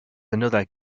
another